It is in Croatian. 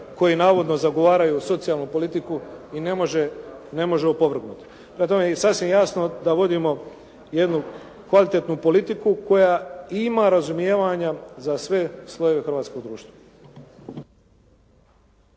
koji navodno zagovaraju socijalnu politiku i ne može opovrgnuti. Prema tome i sasvim je jasno da vodimo jednu kvalitetnu politiku koja ima razumijevanja za sve slojeve hrvatskoga društva.